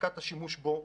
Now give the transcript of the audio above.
הפסקת השימוש בו,